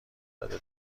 داده